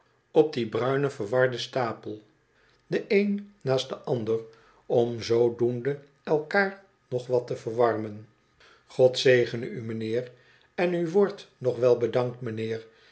op dien bruinen verwarden stapel de een naast den ander om zoodoende elkaar nog wat te verwarmen god zegene u mijnheer en u wordt nog wel bedankt mijnheer